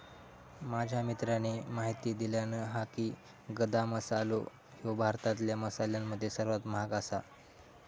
माझ्या मित्राने म्हायती दिल्यानं हा की, गदा मसालो ह्यो भारतातल्या मसाल्यांमध्ये सर्वात महाग आसा